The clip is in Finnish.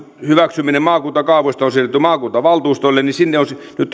hyväksyminen on siirretty maakuntavaltuustoille ympäristöministeriö on ajamassa sinne